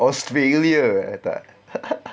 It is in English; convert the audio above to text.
australia eh tak